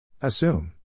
Assume